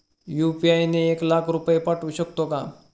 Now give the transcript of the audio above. UPI ने एक लाख रुपये पाठवू शकतो का?